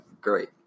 great